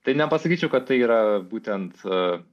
tai nepasakyčiau kad tai yra būtent